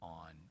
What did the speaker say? on